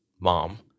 mom